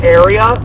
area